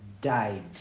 died